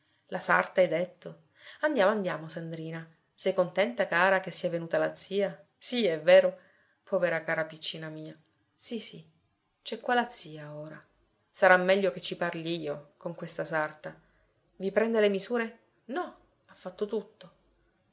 la sarta hai detto andiamo andiamo sandrina sei contenta cara che sia venuta la zia sì è vero povera cara piccina mia sì sì c'è qua la zia ora sarà meglio che ci parli io con questa sarta i prende le misure no ha fatto tutto